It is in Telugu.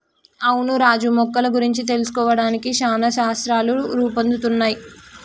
అవును రాజు మొక్కల గురించి తెలుసుకోవడానికి చానా శాస్త్రాలు రూపొందుతున్నయ్